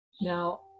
Now